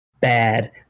bad